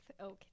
Okay